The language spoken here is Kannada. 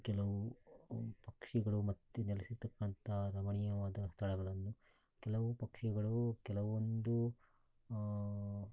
ಕೆಲವು ಪಕ್ಷಿಗಳು ಮತ್ತೆ ನೆಲೆಸಿರತಕ್ಕಂಥ ರಮಣೀಯವಾದ ಸ್ಥಳಗಳನ್ನು ಕೆಲವು ಪಕ್ಷಿಗಳು ಕೆಲವೊಂದು